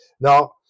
Now